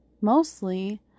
mostly